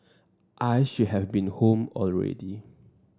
I should have been home already